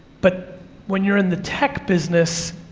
but when you're in the tech business,